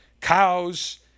cows